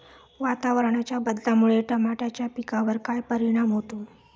वातावरणाच्या बदलामुळे टमाट्याच्या पिकावर काय परिणाम होतो?